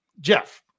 Jeff